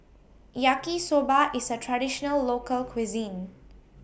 Yaki Soba IS A Traditional Local Cuisine